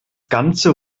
ganze